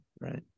right